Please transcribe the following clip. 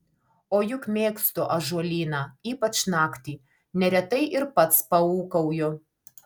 o juk mėgstu ąžuolyną ypač naktį neretai ir pats paūkauju